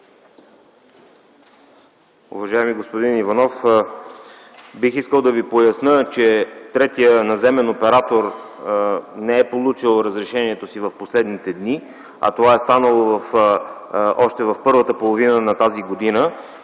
Уважаеми господин Иванов, бих искал да Ви поясня, че третият наземен оператор не е получил разрешението си в последните дни, а това е станало още в първата половина на тази година.